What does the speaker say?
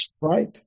right